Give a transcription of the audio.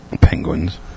Penguins